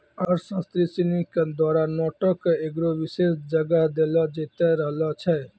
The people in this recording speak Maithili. अर्थशास्त्री सिनी के द्वारा नोटो के एगो विशेष जगह देलो जैते रहलो छै